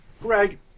Greg